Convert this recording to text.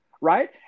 right